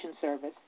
Service